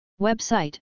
Website